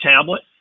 tablet